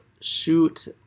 shoot